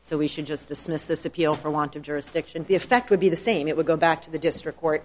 so we should just dismiss this appeal for want of jurisdiction the effect would be the same it would go back to the district court